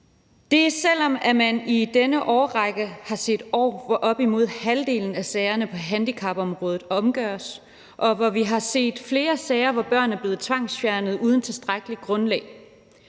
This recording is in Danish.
det er, selv om man i denne årrække har set, at op imod halvdelen af sagerne på handicapområdet omgøres, og vi har set flere sager, hvor børn er blevet tvangsfjernet uden tilstrækkeligt grundlag.